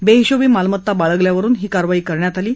बेहिशोबी मालमत्ता बाळगल्यावरुन ही कारवाई करण्यात आली आहे